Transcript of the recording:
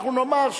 ואנחנו נאמר,